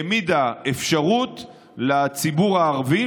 העמידה אפשרות לציבור הערבי,